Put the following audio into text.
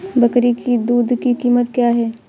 बकरी की दूध की कीमत क्या है?